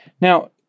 Now